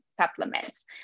supplements